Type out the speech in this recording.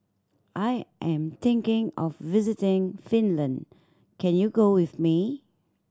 I am thinking of visiting Finland can you go with me